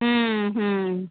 हम्म हम्म